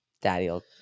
Daddy'll